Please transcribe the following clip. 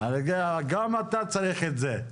גם אתה צריך את זה.